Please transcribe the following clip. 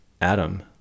Adam